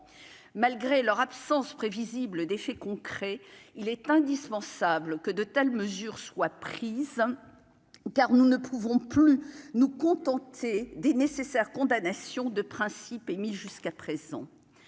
malgré leur absence prévisible d'effet concret, il est indispensable que de telles mesures soient prises car nous ne pouvons plus nous contenter des nécessaire condamnation de principe Émile jusqu'à présent